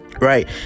Right